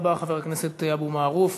תודה רבה, חבר הכנסת אבו מערוף.